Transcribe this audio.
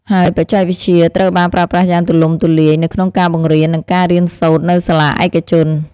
ហើយបច្ចេកវិទ្យាត្រូវបានប្រើប្រាស់យ៉ាងទូលំទូលាយនៅក្នុងការបង្រៀន និងការរៀនសូត្រនៅសាលាឯកជន។